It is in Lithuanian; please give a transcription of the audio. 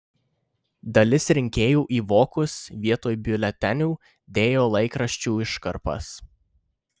dalis rinkėjų į vokus vietoj biuletenių dėjo laikraščių iškarpas